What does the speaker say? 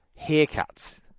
haircuts